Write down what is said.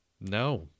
no